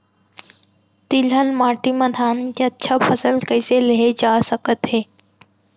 तिलहन माटी मा धान के अच्छा फसल कइसे लेहे जाथे सकत हे?